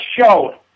show